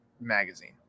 magazine